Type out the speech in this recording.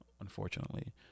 Unfortunately